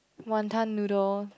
wanton noodle